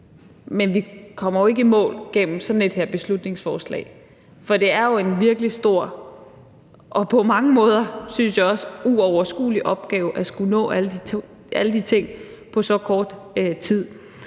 men vi kommer jo ikke i mål gennem sådan et beslutningsforslag her, for det er jo en virkelig stor og på mange måder, synes jeg også, uoverskuelig opgave at skulle nå alle de ting på så kort tid.